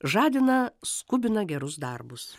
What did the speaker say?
žadina skubina gerus darbus